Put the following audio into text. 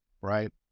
right